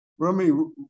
Rumi